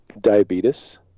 diabetes